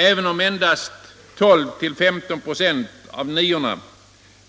Även om endast 12-15 ", av 9-orna